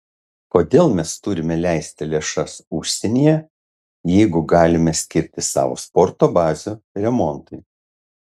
kodėl mes turime leisti lėšas užsienyje jeigu galime skirti savo sporto bazių remontui